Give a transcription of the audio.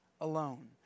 alone